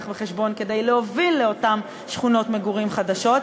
בחשבון כדי להוביל לאותן שכונות מגורים חדשות,